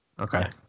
Okay